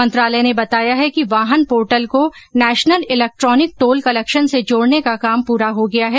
मंत्रालय ने बताया है कि वाहन पोर्टल को नेशनल इलैक्ट्रॉनिक टोल कलेक्शन से जोडने का काम पुरा हो गया है